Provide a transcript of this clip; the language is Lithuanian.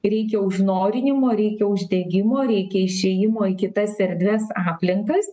reikia užnorinimo reikia uždegimo reikia išėjimo į kitas erdves aplinkas